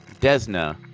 Desna